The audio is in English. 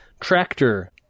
tractor